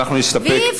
אנחנו נסתפק.